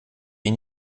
ihn